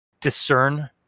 discern